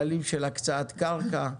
כללים של הקצאת קרקע.